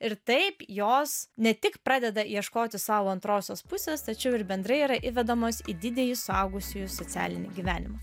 ir taip jos ne tik pradeda ieškoti savo antrosios pusės tačiau ir bendrai yra įvedamos į didįjį suaugusiųjų socialinį gyvenimą